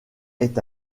est